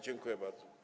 Dziękuję bardzo.